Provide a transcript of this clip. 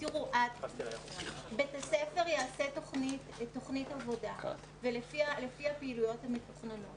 ‏‏בית הספר יעשה תכנית עבודה ולפי הפעילויות המתוכננות